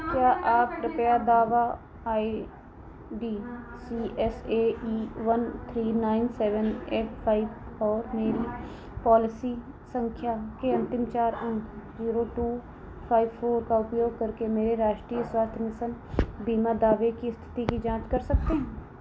क्या आप कृपया दावा I D C S A E one three nine seven eight five और मेरी पॉलिसी सँख्या के अन्तिम चार अंक ज़ीरो टू फ़ाइव फ़ोर का उपयोग करके मेरे राष्ट्रीय स्वास्थ्य मिशन बीमा दावे की इस्थिति की जाँच कर सकते हैं